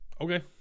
Okay